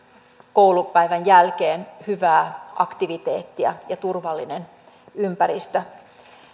koulupäivän jälkeen hyvää aktiviteettia ja turvallinen ympäristö